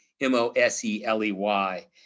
M-O-S-E-L-E-Y